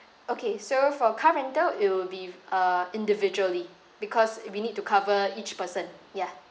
okay so for car rental it'll be uh individually because we need to cover each person ya